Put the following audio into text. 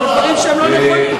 זה לא נכון,